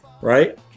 right